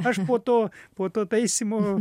aš po to po to taisymo